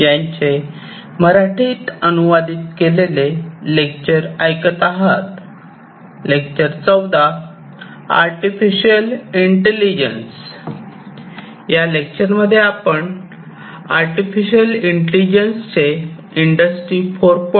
या लेक्चर मध्ये आपण आर्टिफिशियल इंटेलिजन्स चे इंडस्ट्री 4